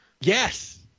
Yes